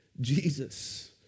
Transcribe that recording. Jesus